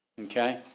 Okay